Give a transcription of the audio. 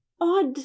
odd